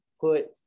put